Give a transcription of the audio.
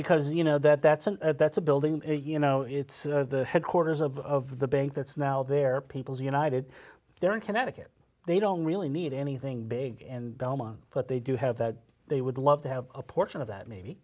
because you know that that's a that's a building you know it's the headquarters of the bank that's now their people's united there in connecticut they don't really need anything big and but they do have that they would love to have a portion of that maybe